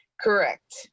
Correct